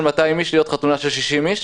200 אנשים להיות חתונה של 60 אנשים,